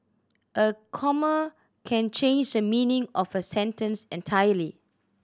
a comma can change the meaning of a sentence entirely